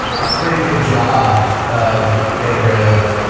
a pretty good job of getting rid of